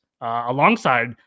alongside